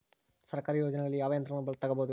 ಸರ್ಕಾರಿ ಯೋಜನೆಗಳಲ್ಲಿ ಯಾವ ಯಂತ್ರಗಳನ್ನ ತಗಬಹುದು?